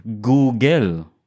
Google